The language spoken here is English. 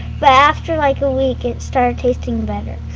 but after like a week it started tasting better.